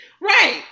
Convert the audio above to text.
Right